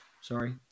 Sorry